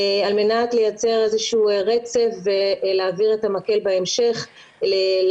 על מנת לייצר איזה שהוא רצף ולהעביר את המקל בהמשך לקהילה,